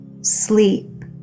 Sleep